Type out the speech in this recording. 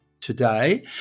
today